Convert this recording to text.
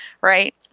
right